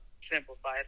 simplify